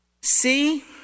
See